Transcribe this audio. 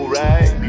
right